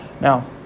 Now